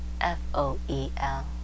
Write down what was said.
f-o-e-l